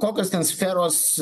kokios ten sferos